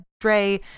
Dre